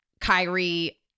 Kyrie